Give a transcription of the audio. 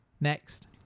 Next